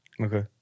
Okay